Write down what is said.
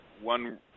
one